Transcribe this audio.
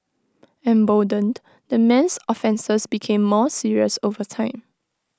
emboldened the man's offences became more serious over time